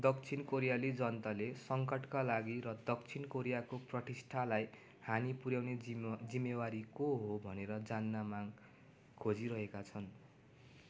दक्षिण कोरियाली जनताले सङ्कटका लागि र दक्षिण कोरियाको प्रतिष्ठालाई हानि पुर्याउने जिम्मे जिम्मेवार को हो भनेर जान्न माग खोजिरहेका छन्